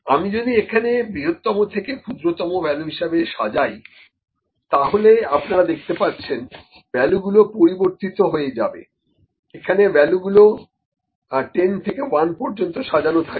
আমি যদি এখানে বৃহত্তম থেকে ক্ষুদ্রতম ভ্যালু হিসেবে সাজাই তাহলে আপনারা দেখতে পাচ্ছেন ভ্যালুগুলো পরিবর্তিত হয়ে যাবে এখানে ভ্যালুগুলো 10 থেকে 1 পর্য্যন্ত সাজানো থাকবে